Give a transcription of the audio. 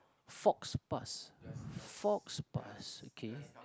faux pas faux pas okay